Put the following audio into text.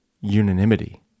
unanimity